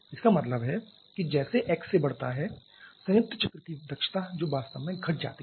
इसका मतलब है कि जैसे xA बढ़ता है संयुक्त चक्र की दक्षता जो वास्तव में घट जाती है